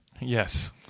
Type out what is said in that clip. Yes